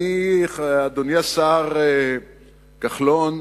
אדוני השר כחלון,